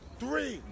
three